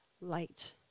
light